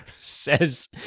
says